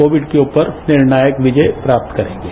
Covid के ऊपर निर्णायक विजय हम प्राप्त करेंगे